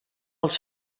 els